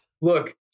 Look